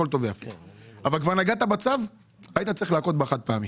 אם כבר נגעת בצו, היית צריך להכות בחד פעמי.